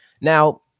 Now